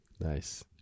nice